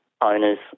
owners